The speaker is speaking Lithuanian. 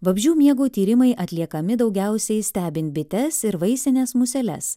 vabzdžių miego tyrimai atliekami daugiausiai stebint bites ir vaisines museles